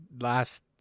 last